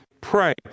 pray